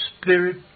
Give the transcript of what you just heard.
Spirit